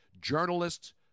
journalists